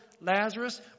Lazarus